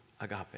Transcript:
agape